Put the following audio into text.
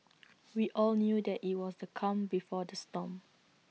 we all knew that IT was the calm before the storm